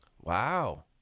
Wow